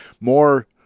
more